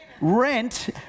rent